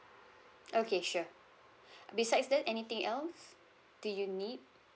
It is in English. okay sure besides that anything else do you need